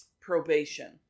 probation